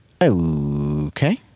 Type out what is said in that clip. Okay